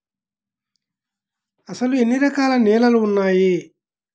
అసలు ఎన్ని రకాల నేలలు వున్నాయి?